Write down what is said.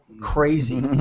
crazy